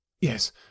Yes